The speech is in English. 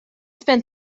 spent